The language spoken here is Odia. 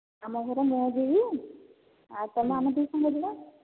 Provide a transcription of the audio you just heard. ଆମ ଘରେ ମୁଁ ଯିବି ଆଉ ତୁମେ ଆମେ ଦୁଇ ସାଙ୍ଗ ଯିବା